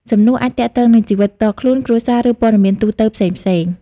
សំណួរអាចទាក់ទងនឹងជីវិតផ្ទាល់ខ្លួន គ្រួសារ ឬព័ត៌មានទូទៅផ្សេងៗ។